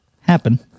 happen